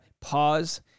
pause